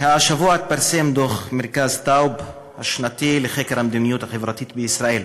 השבוע התפרסם הדוח השנתי של מרכז טאוב לחקר המדיניות החברתית בישראל.